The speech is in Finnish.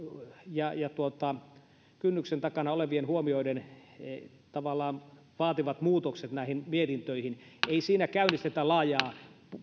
ja ja tavallaan kynnyksen takana olevien huomioiden vaativat muutokset näihin mietintöihin ei siinä enää käynnistetä laajaa